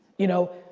you know.